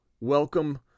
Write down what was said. Welcome